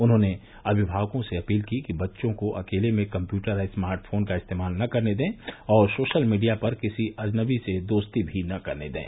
उन्होंने अभिभावकों से अपील की कि बच्चों को अकेले में कम्प्यूटर या स्मार्ट फोन का इस्तेमाल न करने दें और सोशल मीडिया पर किसी अजनबी से भी दोस्ती न करने दें